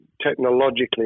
technologically